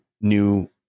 new